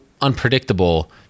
unpredictable